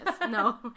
No